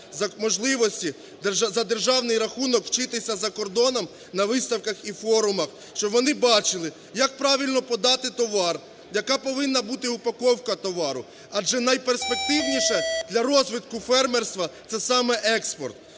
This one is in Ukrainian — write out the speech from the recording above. можливості за державний рахунок вчитися за кордоном на виставках і форумах, щоб вони бачили, як правильно подати товар, яка повинна бути упаковка товару. Адже найперспективніше для розвитку фермерства – це, саме, експорт.